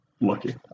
lucky